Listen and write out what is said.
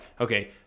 okay